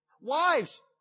Wives